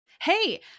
Hey